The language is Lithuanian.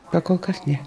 pakolkas ne